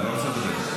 אתה לא רוצה לדבר.